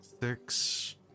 six